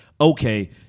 okay